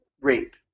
rape